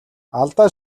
алдаа